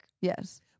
yes